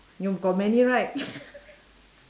you got many right